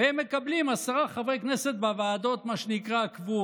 והם מקבלים עשרה חברי כנסת בוועדות הקבועות,